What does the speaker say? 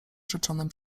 rzeczonym